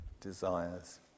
desires